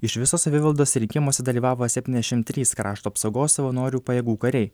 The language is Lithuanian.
iš viso savivaldos rinkimuose dalyvavo septyniasdešimt trys krašto apsaugos savanorių pajėgų kariai